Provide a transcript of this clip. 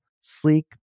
sleek